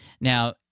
Now